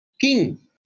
king